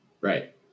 Right